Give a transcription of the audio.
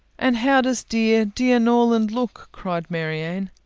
and how does dear, dear norland look? cried marianne.